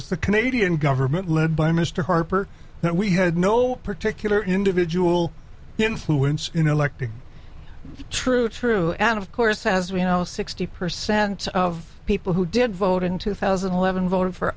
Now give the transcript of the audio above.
is the canadian government led by mr harper we had no particular individual influence you know elected true true and of course as we know sixty percent of people who did vote in two thousand and eleven voted for